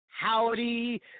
Howdy